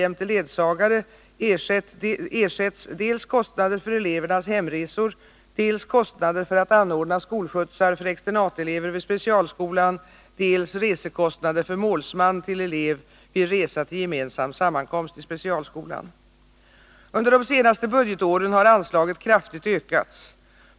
Under de senaste budgetåren har anslaget kraftigt ökats.